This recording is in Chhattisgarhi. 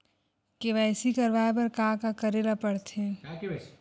के.वाई.सी करवाय बर का का करे ल पड़थे?